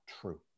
true